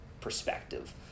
perspective